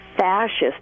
fascist